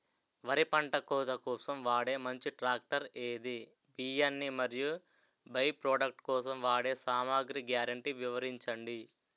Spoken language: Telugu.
వరి పంట కోత కోసం వాడే మంచి ట్రాక్టర్ ఏది? బియ్యాన్ని మరియు బై ప్రొడక్ట్ కోసం వాడే సామాగ్రి గ్యారంటీ వివరించండి?